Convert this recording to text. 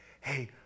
hey